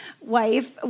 wife